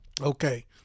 Okay